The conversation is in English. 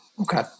Okay